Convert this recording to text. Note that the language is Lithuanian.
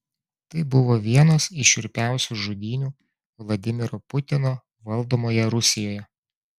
tai buvo vienos iš šiurpiausių žudynių vladimiro putino valdomoje rusijoje